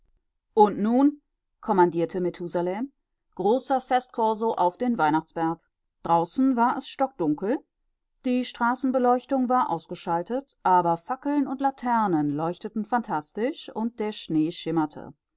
und nun kommandierte methusalem großer festkorso auf den weihnachtsberg draußen war es stockdunkel die straßenbeleuchtung war ausgeschaltet aber fackeln und laternen leuchteten phantastisch und der schnee schimmerte